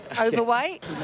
Overweight